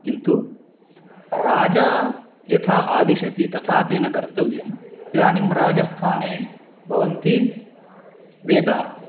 किन्तु राजा यथा आदिशति तथा तेन कर्तव्यम् इदानीं राजस्थाने भवन्ति वेदाः